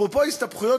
אפרופו ההסתבכויות,